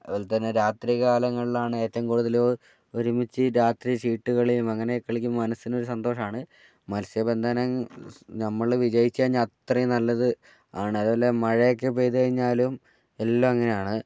അതേപോലെ തന്നെ രാത്രി കാലങ്ങളാണ് ഏറ്റവും കൂടുതൽ ഒരുമിച്ച് രാത്രി ചീട്ട് കളിയും അങ്ങനെ കളിക്കുമ്പോൾ മനസ്സിനൊരു സന്തോഷമാണ് മത്സ്യബന്ധനം നമ്മൾ വിജയിച്ചു കഴിഞ്ഞാൽ അത്രയും നല്ലത് ആണ് അതുപോലെ മഴയൊക്കെ പെയ്തു കഴിഞ്ഞാലും എല്ലാം അങ്ങനെ ആണ്